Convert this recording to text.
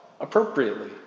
appropriately